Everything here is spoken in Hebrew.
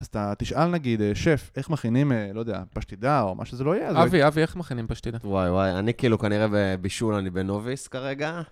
אז תשאל נגיד, שף, איך מכינים, לא יודע, פשטידה או מה שזה לא יהיה? אבי, אבי, איך מכינים פשטידה? וואי, וואי, אני כאילו כנראה בישול, אני בנוביס כרגע.